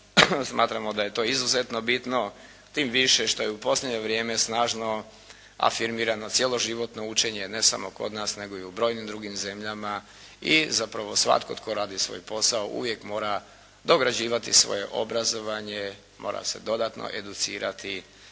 Smatramo da je to izuzetno bitno tim više što je u posljednje vrijeme snažno afirmirano cijelo životno učenje ne samo kod nas nego i u brojnim drugim zemljama i zapravo svatko tko radi svoj posao uvijek mora dograđivati svoje obrazovanje, mora se dodatno educirati